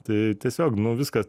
tai tiesiog nu viska